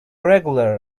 regular